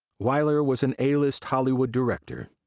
wyler was an a-list hollywood director.